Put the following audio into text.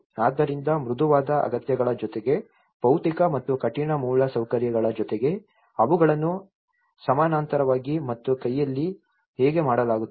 ಆದ್ದರಿಂದ ಮೃದುವಾದ ಅಗತ್ಯಗಳ ಜೊತೆಗೆ ಭೌತಿಕ ಮತ್ತು ಕಠಿಣ ಮೂಲಸೌಕರ್ಯಗಳ ಜೊತೆಗೆ ಅವುಗಳನ್ನು ಸಮಾನಾಂತರವಾಗಿ ಮತ್ತು ಕೈಯಲ್ಲಿ ಹೇಗೆ ಮಾಡಲಾಗುತ್ತದೆ